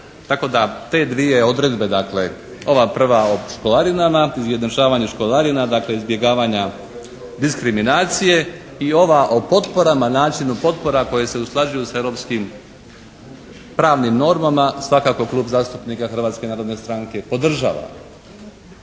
Tako da te dvije odredbe, dakle ova prva o školarinama, izjednačavanje školarina, dakle izbjegavanja diskriminacije i ova o potporama, načinu potpora koje su usklađuju sa europskim pravnim normama svakako klub zastupnika Hrvatske narodne strane podržava.